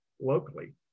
locally